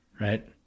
right